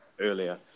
earlier